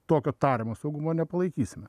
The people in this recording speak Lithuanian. tokio tariamo saugumo nepalaikysime